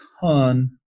ton